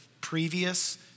previous